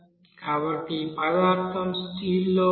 కాబట్టి ఈ పదార్థం స్టీల్ లో ఉంది